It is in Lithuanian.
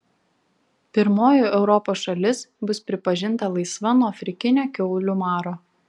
pirmoji europos šalis bus pripažinta laisva nuo afrikinio kiaulių maro